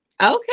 Okay